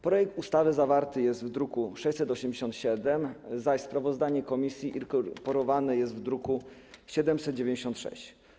Projekt ustawy zawarty jest w druku nr 687, zaś sprawozdanie komisji inkorporowane jest w druku nr 796.